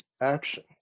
action